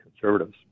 conservatives